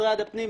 משרד הפנים,